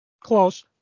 Close